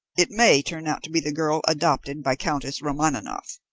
it may turn out to be the girl adopted by countess romaninov.